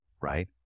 right